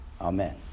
Amen